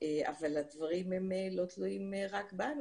אבל הדברים לא תלויים רק בנו,